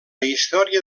història